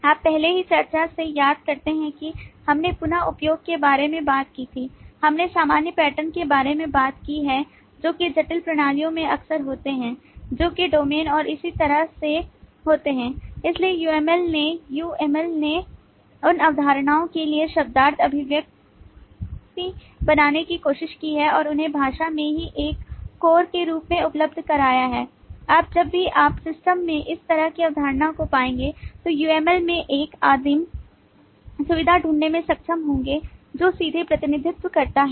आप पहले की चर्चा से याद करते हैं कि हमने पुन उपयोग के बारे में बात की थी हमने सामान्य पैटर्न के बारे में बात की है जो कि जटिल प्रणालियों में अक्सर होते हैं जो कि डोमेन और इसी तरह से होते हैं इसलिए UML ने यूएमएल ने उन अवधारणाओं के लिए शब्दार्थ अभिव्यक्ति बनाने की कोशिश की है और उन्हें भाषा में ही एक कोर के रूप में उपलब्ध कराया है आप जब भी आप सिस्टम में इस तरह की अवधारणा को पाएँगे तो UML में एक आदिम सुविधा ढूंढने में सक्षम होंगे जो सीधे प्रतिनिधित्व करता है